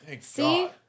See